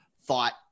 thought